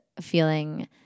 feeling